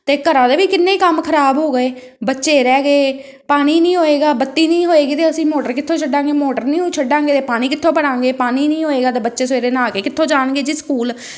ਅਤੇ ਘਰਾਂ ਦੇ ਵੀ ਕਿੰਨੇ ਕੰਮ ਖਰਾਬ ਹੋ ਗਏ ਬੱਚੇ ਰਹਿ ਗਏ ਪਾਣੀ ਨਹੀਂ ਹੋਏਗਾ ਬੱਤੀ ਨਹੀਂ ਹੋਏਗੀ ਤਾਂ ਅਸੀਂ ਮੋਟਰ ਕਿੱਥੋਂ ਛੱਡਾਂਗੇ ਮੋਟਰ ਨਹੀਓਂ ਛੱਡਾਂਗੇ ਤਾਂ ਪਾਣੀ ਕਿੱਥੋਂ ਭਰਾਂਗੇ ਪਾਣੀ ਨਹੀਂ ਹੋਏਗਾ ਤਾਂ ਬੱਚੇ ਸਵੇਰੇ ਨਹਾ ਕੇ ਕਿੱਥੋਂ ਜਾਣਗੇ ਜੀ ਸਕੂਲ